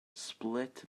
split